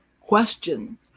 Question